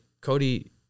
Cody